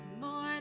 more